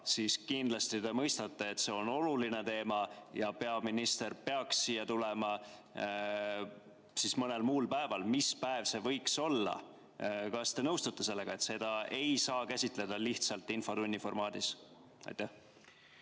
siis kindlasti te mõistate, et kuna see on oluline teema, peaks peaminister siia tulema siis mõnel muul päeval. Mis päev see võiks olla? Kas te nõustute sellega, et seda teemat ei saa käsitleda lihtsalt infotunni formaadis? Eile